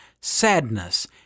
sadness